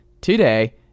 today